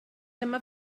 dyma